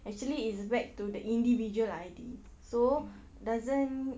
actually it's back to the individual I_D so doesn't